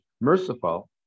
merciful